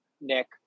Nick